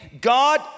God